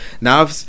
now